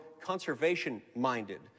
conservation-minded